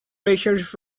racers